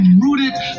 rooted